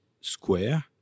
square